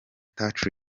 touch